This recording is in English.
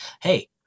Hey